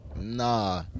Nah